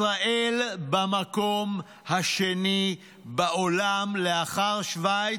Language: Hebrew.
ישראל במקום השני בעולם, אחרי שווייץ,